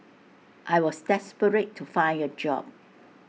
I was desperate to find A job